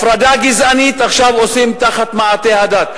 הפרדה גזענית עכשיו עושים תחת מעטה הדת.